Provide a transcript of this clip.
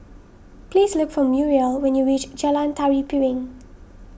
please look for Muriel when you reach Jalan Tari Piring